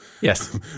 Yes